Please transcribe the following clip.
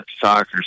soccer